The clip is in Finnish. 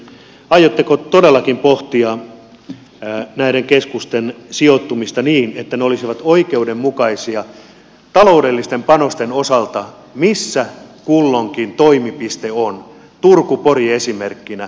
aiotteko todellakin pohtia näiden keskusten sijoittumista niin että ne olisivat oikeudenmukaisia taloudellisten panosten osalta missä kulloinenkin toimipiste on turku pori esimerkkinä